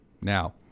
Now